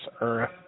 earth